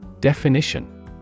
Definition